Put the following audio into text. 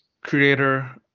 creator